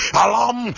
alam